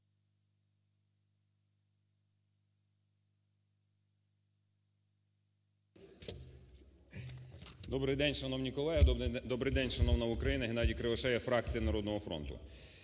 Добрий день, шановні колеги. Добрий день, шановна Україна. Геннадій Кривошея, фракція "Народного фронту".